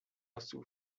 osób